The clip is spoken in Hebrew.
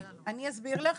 אני אסביר לך